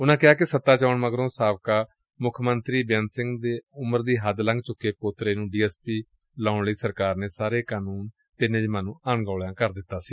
ਉਨਾਂ ਕਿਹਾ ਕਿ ਸੱਤਾ ਵਿਚ ਆਉਣ ਮਗਰੋ ਸਾਬਕਾ ਮੁੱਖ ਮੰਤਰੀ ਬੇਅੰਤ ਸਿੰਘ ਦੇ ਉਮਰ ਦੀ ਹੱਦ ਲੰਘ ਚੁੱਕੇ ਧੋਤੇ ਨੰ ਡੀਐਸਪੀ ਲਗਾਉਣ ਲਈ ਸਰਕਾਰ ਨੇ ਸਾਰੇ ਕਾਨੰਨਾਂ ਅਤੇ ਨਿਯਮਾਂ ਨੰ ਅਣਗੌਲਿਆ ਕਰ ਦਿੱਤਾ ਸੀ